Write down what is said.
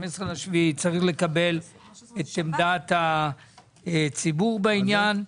צריך לקבל את עמדת הציבור בעניין.